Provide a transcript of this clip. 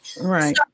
right